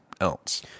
else